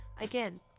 Again